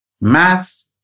maths